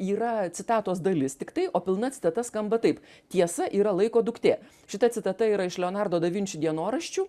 yra citatos dalis tiktai o pilna citata skamba taip tiesa yra laiko duktė šita citata yra iš leonardo da vinči dienoraščių